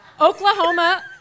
Oklahoma